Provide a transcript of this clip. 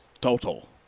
Total